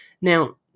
Now